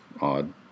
Odd